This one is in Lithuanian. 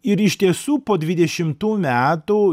ir iš tiesų po dvidešimtų metų